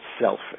selfish